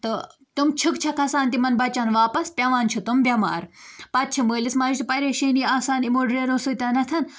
تہٕ تِم چھِکھ چھِ کھسان تِمَن بَچَن واپَس پٮ۪وان چھِ تِم بٮ۪مار پَتہٕ چھِ مٲلِس ماجہِ تہِ پریشٲنی آسان یِمو ڈرینو سۭتٮ۪نتھ